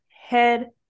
head